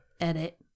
edit